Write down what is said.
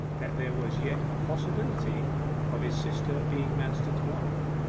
that there was yet a possibility of his sister being manston's wife,